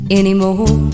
anymore